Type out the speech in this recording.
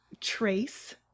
Trace